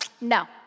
no